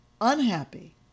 unhappy